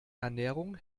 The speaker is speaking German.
ernährung